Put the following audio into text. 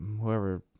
whoever